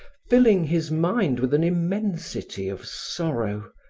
filling his mind with an immensity of sorrow,